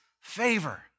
favor